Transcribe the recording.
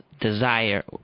desire